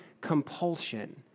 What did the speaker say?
compulsion